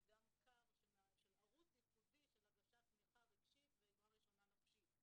היא גם כר של ערוץ ייחודי של הגשת תמיכה רגשית ועזרה ראשונה נפשית,